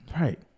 Right